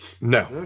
No